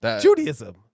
Judaism